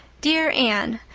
dear anne,